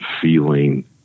feeling